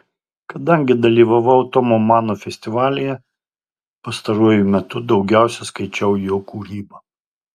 kadangi dalyvavau tomo mano festivalyje pastaruoju metu daugiausiai skaičiau jo kūrybą